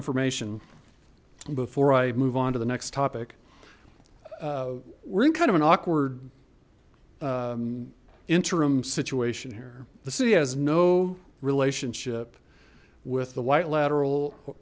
information before i move on to the next topic we're in kind of an awkward interim situation here the city has no relationship with the white lateral